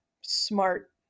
smart